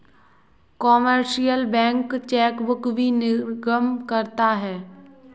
commercial bank chequebook भी निर्गम करता है